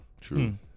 True